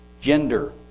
gender